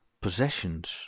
possessions